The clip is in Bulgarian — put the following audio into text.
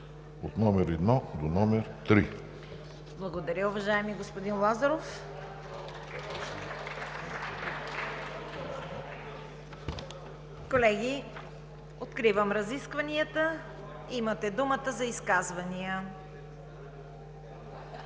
ЦВЕТА КАРАЯНЧЕВА: Благодаря, уважаеми господин Лазаров. Колеги, откривам разискванията. Имате думата за изказвания.